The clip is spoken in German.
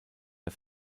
der